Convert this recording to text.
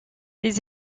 les